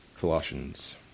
Colossians